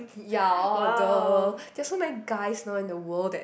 ya or the there's so many guys now in the world that